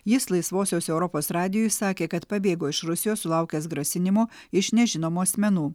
jis laisvosios europos radijui sakė kad pabėgo iš rusijos sulaukęs grasinimo iš nežinomų asmenų